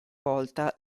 volta